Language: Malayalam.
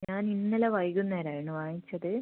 ഞാൻ ഇന്നലെ വൈകുന്നേരമാണ് വാങ്ങിച്ചത്